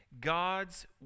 God's